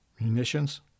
munitions